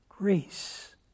grace